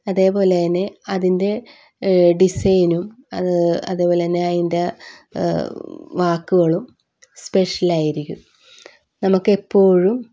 അതേപോലെത്തന്നെ അതിൻ്റെ ഡിസൈനും അത് അതേപോലത്തന്നെ അതിൻ്റെ വാക്കുകളും സ്പെഷ്യൽ ആയിരിക്കും നമുക്കെപ്പോഴും